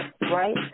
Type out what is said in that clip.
right